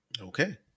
okay